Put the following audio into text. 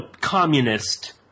communist